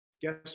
Guess